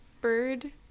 bird